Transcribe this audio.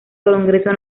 congreso